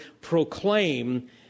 proclaim